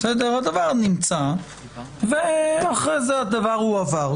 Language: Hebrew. הדבר נמצא ואחרי זה הדבר הועבר.